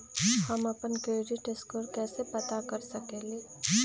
हम अपन credit score कैसे पता कर सकेली?